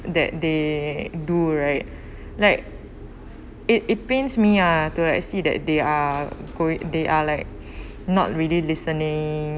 that they do right like it it pains me ah to like see that they are going they are like not really listening